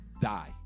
die